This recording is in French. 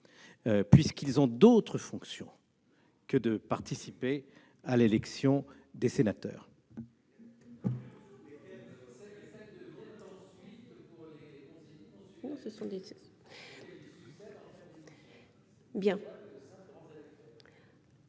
puisqu'ils ont d'autres fonctions que de participer à l'élection des sénateurs. Mais